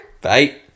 Bye